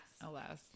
Alas